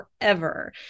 forever